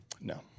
No